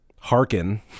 hearken